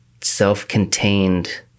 self-contained